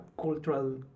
cultural